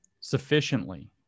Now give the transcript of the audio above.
sufficiently